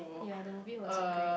ya the movie wasn't great